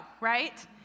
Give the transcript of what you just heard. right